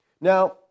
Now